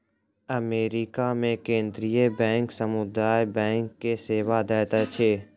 America मे केंद्रीय bank समुदाय बैंक के सेवा दैत अछि